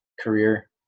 career